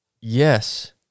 yes